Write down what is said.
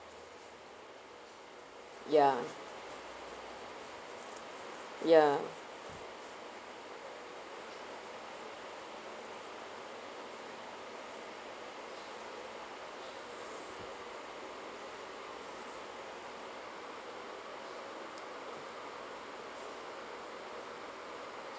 ya ya